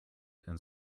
and